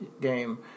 game